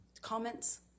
comments